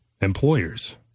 employers